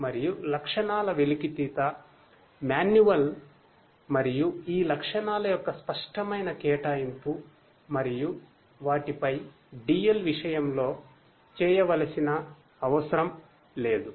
మరియు లక్షణాల వెలికితీత మాన్యువల్ మరియు ఈ లక్షణాల యొక్క స్పష్టమైన కేటాయింపు మరియు వాటిపై DL విషయంలో చేయవలసిన అవసరం లేదు